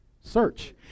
search